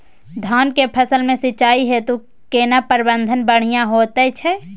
धान के फसल में सिंचाई हेतु केना प्रबंध बढ़िया होयत छै?